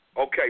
Okay